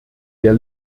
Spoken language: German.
der